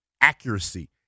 accuracy